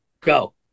go